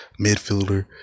midfielder